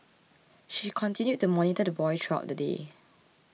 she continued to monitor the boy throughout the day